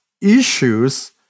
issues